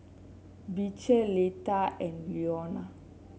Beecher Leta and Leona